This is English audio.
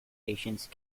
patience